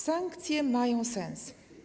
Sankcje mają sens.